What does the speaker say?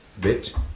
bitch